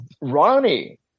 Ronnie